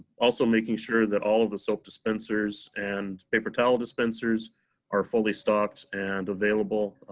also making sure that all of the soap dispensers and paper towel dispensers are fully stocked and available.